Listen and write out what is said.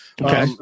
okay